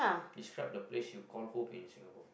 describe the place you call home in singapore